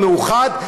המאוחד,